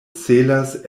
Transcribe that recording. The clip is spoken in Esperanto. celas